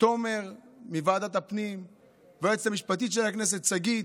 תומר מוועדת הפנים והיועצת המשפטית של הכנסת שגית,